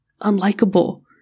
unlikable